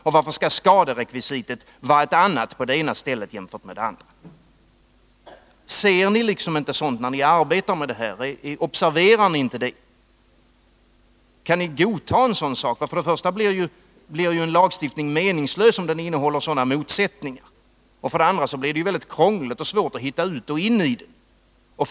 Och varför skall skaderekvisitet vara ett annat på det ena stället jämfört med vad det är på det andra? Observerar ni inte sådant under ert arbete? Kan ni godta en sådan sak? För det första blir ju en lagstiftning meningslös om den innehåller sådana motsättningar. För det andra blir det krångligt och svårt att hitta ut och in i den.